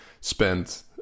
spent